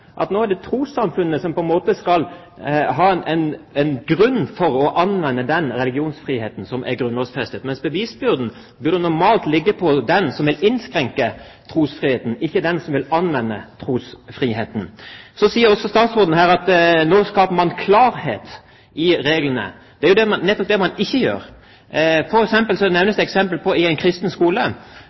trossamfunnene. Nå er det trossamfunnene som på en måte skal ha en grunn for å anvende den religionsfriheten som er grunnlovfestet, mens bevisbyrden normalt burde ligge på den som vil innskrenke trosfriheten, ikke på den som vil anvende trosfriheten. Så sier også statsråden her at nå skaper man klarhet i reglene. Det er nettopp det man ikke gjør. Så nevnes det eksempel fra en kristen skole. Derfra har jeg selv erfaring, som rektor i åtte år i en kristen skole.